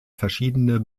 verschiedene